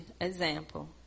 example